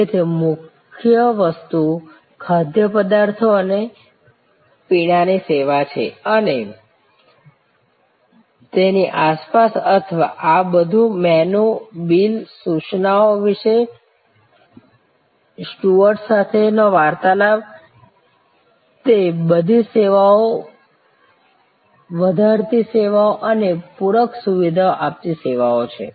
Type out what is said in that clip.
તેથી મુખ્ય વસ્તુ ખાદ્યપદાર્થો અને પીણાની સેવા છે અને તેની આસપાસ અથવા આ બધું મેનૂ બિલ સૂચનો વિશે સ્ટુઅર્ડ સાથેનો વાર્તાલાપ તે બધી સેવાઓને વધારતી સેવાઓ અને પૂરક સુવિધા આપતી સેવાઓ છે